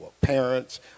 parents